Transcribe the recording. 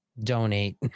donate